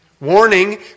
Warning